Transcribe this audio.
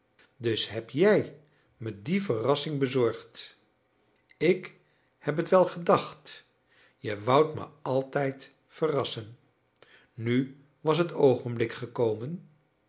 dus heb jij me die verrassing bezorgd ik heb het wel gedacht je woudt me altijd verrassen nu was het oogenblik gekomen